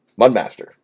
Mudmaster